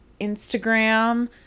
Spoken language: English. Instagram